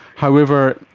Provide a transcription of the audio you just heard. however,